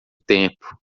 tempo